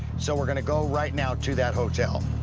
so we're going to go right now to that hotel.